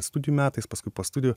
studijų metais paskui po studijų